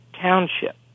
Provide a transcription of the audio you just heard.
township